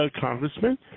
Congressman